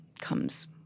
comes